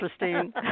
interesting